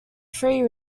three